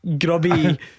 Grubby